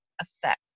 effect